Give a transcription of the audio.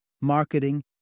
marketing